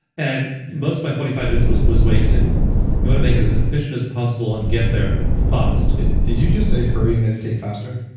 and most of my forty five minutes was was wasted you want to make it as efficient as possible and get there fast did you just say hurry and meditate faster?